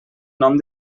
nom